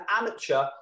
amateur